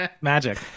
magic